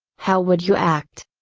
how would you act?